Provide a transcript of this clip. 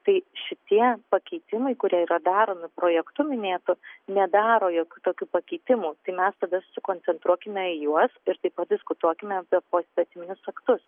tai šitie pakeitimai kurie yra daromi projektu minėtu nedaro jokių tokių pakeitimų tai mes tada susikoncentruokime į juos ir taip pat diskutuokime apie poįstatyminius aktus